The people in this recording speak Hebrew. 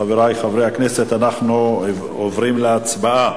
חברי חברי הכנסת, אנחנו עוברים להצבעה.